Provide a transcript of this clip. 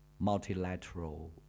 Multilateral